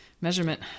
measurement